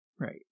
right